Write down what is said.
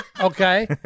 okay